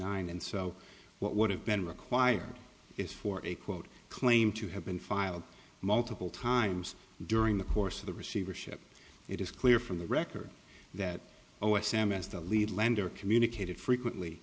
nine and so what would have been required is for a quote claim to have been filed multiple times during the course of the receivership it is clear from the record that oh s m s the lead lender communicated frequently